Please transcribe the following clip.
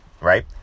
Right